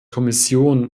kommission